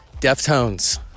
Deftones